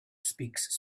speaks